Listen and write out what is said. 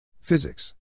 Physics